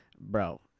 Bro